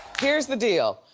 here's the deal,